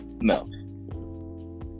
No